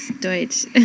deutsch